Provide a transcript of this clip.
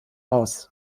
aus